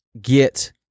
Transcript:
get